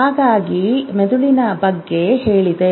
ಹಾಗಾಗಿ ಮೆದುಳಿನ ಬಗ್ಗೆ ಹೇಳಿದೆ